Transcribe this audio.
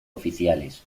oficiales